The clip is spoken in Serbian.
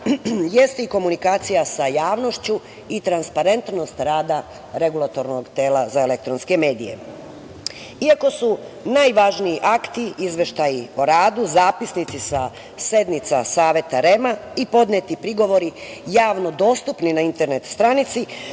jeste i komunikacija sa javnošću i transparentnost rada Regulatornog tela za elektronske medije. Iako su najvažniji akti izveštaj o radu, zapisnici sa sednica Saveta REM-a i podneti prigovori javno dostupni na internet stranici,